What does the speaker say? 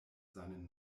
seinen